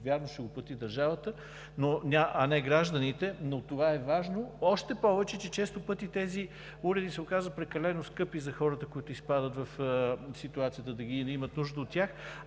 Вярно ще го плати държавата, а не гражданите, но това е важно. Още повече че често пъти тези уреди се оказват прекалено скъпи за хората, които изпадат в ситуацията да имат нужда от тях.